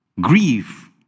grief